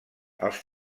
els